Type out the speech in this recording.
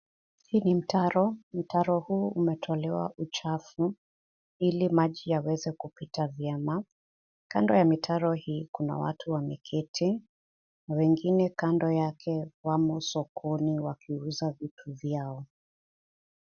Hii ni mtaro ni mtaro huu umetolewa uchafu ili maji yaweze kupita vyema ,kando ya mitaro hii kuna watu wameketi wengine kando yake wamo sokoni wakiuza vitu vyao.